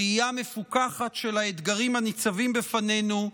ראייה מפוקחת של האתגרים הניצבים בפנינו,